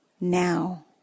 now